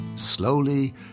Slowly